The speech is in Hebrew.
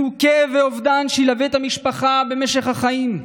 זהו כאב ואובדן שילווה את המשפחה במשך החיים.